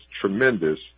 tremendous